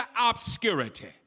obscurity